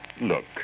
Look